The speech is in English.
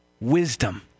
wisdom